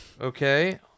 Okay